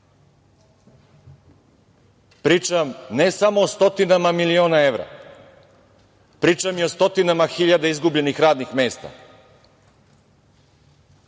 Pričam ne samo o stotinama miliona evra, pričam i stotinama hiljada izgubljenih radnih mesta,